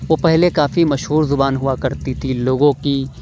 وہ پہلے کافی مشہور زبان ہوا کرتی تھی لوگوں کی